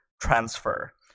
transfer